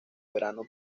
verano